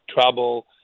trouble